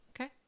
okay